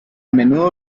menudo